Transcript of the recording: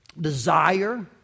desire